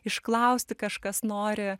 išklausti kažkas nori